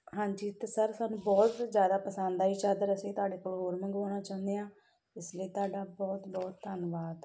ਹਾਂਜੀ ਅਤੇ ਸਰ ਸਾਨੂੰ ਬਹੁਤ ਜ਼ਿਆਦਾ ਪਸੰਦ ਆਈ ਚਾਦਰ ਅਸੀਂ ਤੁਹਾਡੇ ਕੋਲੋਂ ਹੋਰ ਮੰਗਵਾਉਣਾ ਚਾਹੁੰਦੇ ਹਾਂ ਇਸ ਲਈ ਤੁਹਾਡਾ ਬਹੁਤ ਬਹੁਤ ਧੰਨਵਾਦ